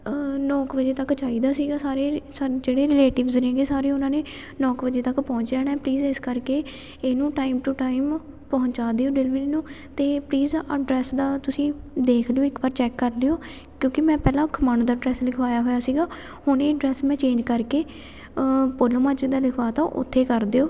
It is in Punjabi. ਨੌ ਕੁ ਵਜੇ ਤੱਕ ਚਾਹੀਦਾ ਸੀਗਾ ਸਾਰੇ ਸਾਨੂੰ ਜਿਹੜੇ ਰਲੇਟਿਵਸ ਨੇ ਗੇ ਸਾਰੇ ਉਹਨਾਂ ਨੇ ਨੌ ਕੁ ਵਜੇ ਤੱਕ ਪਹੁੰਚ ਜਾਣਾ ਪਲੀਜ਼ ਇਸ ਕਰਕੇ ਇਹਨੂੰ ਟਾਈਮ ਟੂ ਟਾਈਮ ਪਹੁੰਚਾ ਦਿਓ ਡਿਲੀਵਰੀ ਨੂੰ ਅਤੇ ਪਲੀਜ਼ ਐਡਰੈੱਸ ਦਾ ਤੁਸੀਂ ਦੇਖ ਲਿਓ ਇੱਕ ਵਾਰ ਚੈੱਕ ਕਰ ਲਿਓ ਕਿਉਂਕਿ ਮੈਂ ਪਹਿਲਾਂ ਖਮਾਣੋ ਦਾ ਅਡਰੈੱਸ ਲਿਖਵਾਇਆ ਹੋਇਆ ਸੀਗਾ ਹੁਣ ਇਹ ਅਡਰੈੱਸ ਮੈਂ ਚੇਂਜ ਕਰਕੇ ਪੋਲੋ ਮਾਜਰੇ ਦਾ ਲਿਖਵਾ ਤਾ ਉੱਥੇ ਕਰ ਦਿਓ